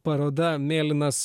paroda mėlynas